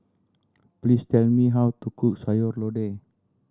please tell me how to cook Sayur Lodeh